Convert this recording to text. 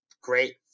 great